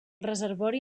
reservori